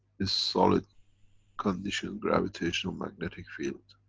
is solid condition gravitational-magnetic field.